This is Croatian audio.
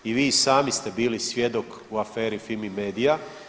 I vi sami ste bili svjedok u aferi Fimi-media.